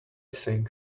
saying